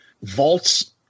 vaults